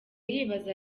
yibaza